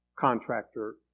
Contractor